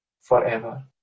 forever